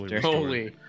Holy